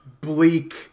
bleak